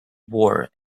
war